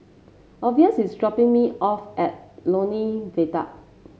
Orvis is dropping me off at Lornie Viaduct